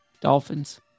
Dolphins